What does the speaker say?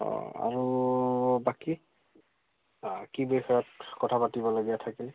অঁ আৰু বাকী কি বিষয়ত কথা পাতিবলগীয়া থাকিল